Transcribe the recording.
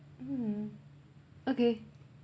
mmhmm okay